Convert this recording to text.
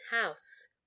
house